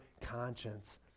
conscience